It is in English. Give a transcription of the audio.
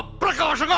prakash?